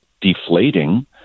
deflating